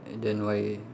and then why